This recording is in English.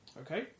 Okay